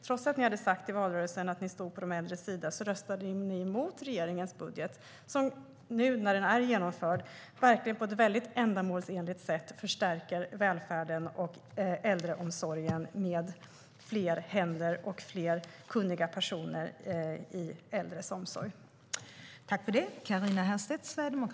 Trots att ni hade sagt i valrörelsen att ni stod på de äldres sida röstade ni alltså emot regeringens budget som nu, när den är genomförd, verkligen på ett väldigt ändamålsenligt sätt förstärker välfärden och äldreomsorgen med fler händer och fler kunniga personer.